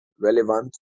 relevant